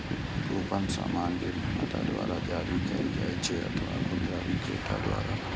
coupon सामान के निर्माता द्वारा जारी कैल जाइ छै अथवा खुदरा बिक्रेता द्वारा